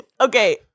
Okay